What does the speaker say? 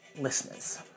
listeners